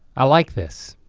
i like this.